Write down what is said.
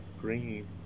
green